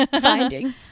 findings